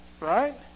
right